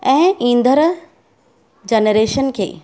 ऐं ईदड़ जनरेशन खे